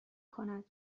کند